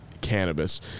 cannabis